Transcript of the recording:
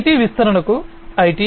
IT విస్తరణకు IT